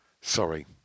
Sorry